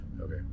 Okay